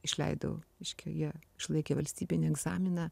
išleidau reiškia jie išlaikė valstybinį egzaminą